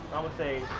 i would say